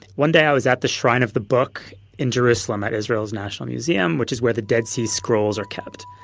one day i was at the shrine of the book in jerusalem, at israel's national um which is where the dead sea scrolls are kept.